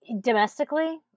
Domestically